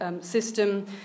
system